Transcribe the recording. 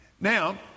Now